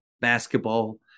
basketball